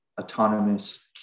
autonomous